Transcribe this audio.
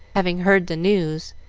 having heard the news,